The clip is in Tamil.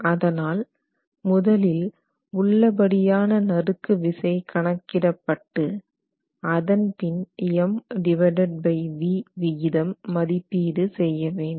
அதனால் முதலில் உள்ள படியான நறுக்குவிசை கணக்கிடப்பட்டு அதன் பின் MVd விகிதம் மதிப்பீடு செய்ய வேண்டும்